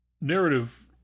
Narrative